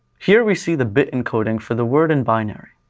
here, we see the bit encoding for the word in binary.